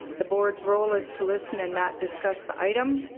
the board's role is to listen and not discuss the item.